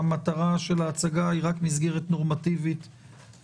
המטרה של ההצגה היא רק להניח מסגרת נורמטיבית כללית,